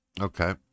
Okay